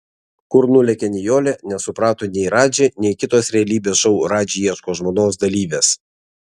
kur nulėkė nijolė nesuprato nei radži nei kitos realybės šou radži ieško žmonos dalyvės